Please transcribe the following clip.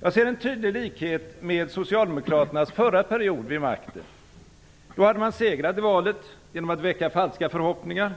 Jag ser en tydlig likhet med socialdemokraternas förra period vid makten. Då hade man segrat i valet genom att väcka falska förhoppningar.